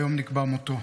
והיום נקבע מותו.